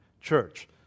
church